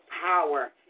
power